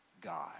God